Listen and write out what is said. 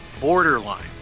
borderline